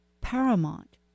paramount